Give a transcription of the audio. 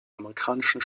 amerikanischen